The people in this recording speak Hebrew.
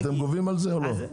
אתם גובים על זה או לא?